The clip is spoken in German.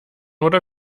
oder